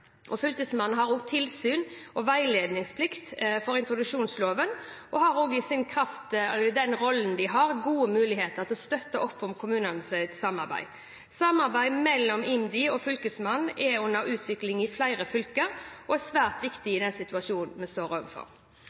Fylkesmannen har også tilsyn og veiledningsplikt for introduksjonsloven og har i kraft av sin rolle gode muligheter til å støtte kommunenes arbeid. Samarbeidet mellom IMDi og Fylkesmannen er under utvikling i flere fylker, og det er svært viktig i den situasjonen vi står overfor.